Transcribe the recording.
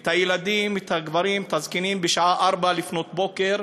הילדים, הגברים, בשעה 04:00, לפנות בוקר,